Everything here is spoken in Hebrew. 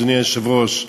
אדוני היושב-ראש: